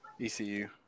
ECU